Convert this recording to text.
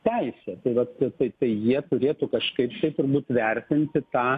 teise tai vat tai tai jie turėtų kažkaip tai turbūt vertinti tą